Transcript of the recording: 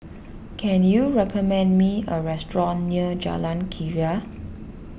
can you recommend me a restaurant near Jalan Keria